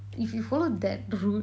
if you follow that route